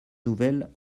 nouvelle